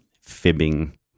fibbing